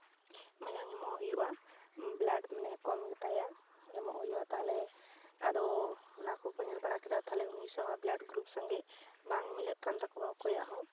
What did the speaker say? ᱢᱟᱭᱟᱝ ᱮᱢᱚᱜ ᱦᱩᱭᱩᱜᱼᱟ ᱵᱞᱟᱰ ᱢᱟᱱᱮ ᱠᱚᱢ ᱜᱮᱛᱟᱭᱟ ᱮᱢᱚᱜ ᱦᱩᱭᱩᱜᱼᱟ ᱛᱟᱦᱚᱞᱮ ᱟᱫᱚ ᱚᱱᱟ ᱠᱚᱠᱚ ᱧᱮᱞ ᱵᱟᱲᱟ ᱠᱮᱫᱟ ᱛᱟᱦᱚᱞᱮ ᱩᱱᱤ ᱥᱟᱶ ᱵᱟᱞᱟᱰ ᱜᱨᱩᱯ ᱥᱚᱸᱜᱮ ᱵᱟᱝ ᱢᱤᱞᱟᱹᱜ ᱠᱟᱱ ᱛᱟᱠᱚᱣᱟ ᱚᱠᱚᱭᱟᱜ ᱦᱚᱸ